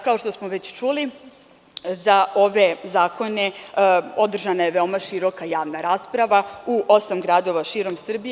Kao što smo već čuli, za ove zakone održana je veoma široka javna rasprava u osam gradova širom Srbije.